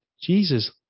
Jesus